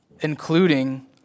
Including